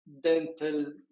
dental